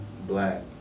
black